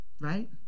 right